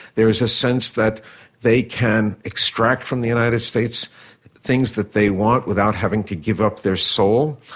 there is a sense that they can extract from the united states things that they want without having to give up their soul,